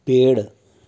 पेड़